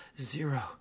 zero